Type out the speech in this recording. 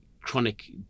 chronic